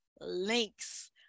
links